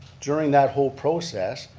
during that whole process,